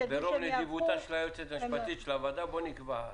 הם ידעו --- ברוב נדיבותה של היועצת המשפטית של הוועדה בואו נקבע.